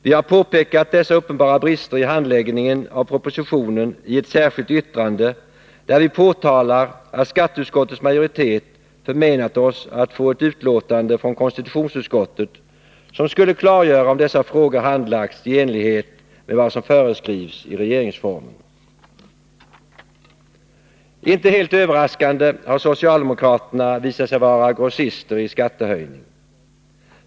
Vi har påpekat dessa uppenbara brister i handläggningen av propositionen i ett särskilt yttrande, där vi påtalar att skatteutskottets majoritet förmenat oss att få ett utlåtande från konstitutionsutskottet som skulle klargöra om dessa frågor handlagts i enlighet med vad som föreskrivs i regeringsformen. Inte helt överraskande har socialdemokraterna visat sig vara grossister i skattehöjning.